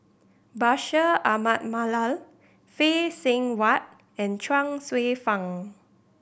Bashir Ahmad Mallal Phay Seng Whatt and Chuang Hsueh Fang